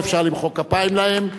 אפשר למחוא כפיים להם.